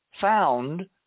found